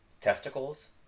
testicles